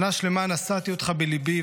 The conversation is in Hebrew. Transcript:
שנה שלמה נשאתי אותך בליבי,